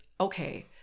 okay